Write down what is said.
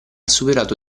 superato